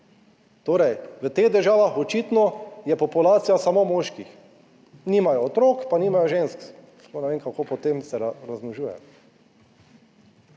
torej v teh državah očitno je populacija samo moških, nimajo otrok pa nimajo žensk. Sploh ne vem kako potem se razmnožujejo?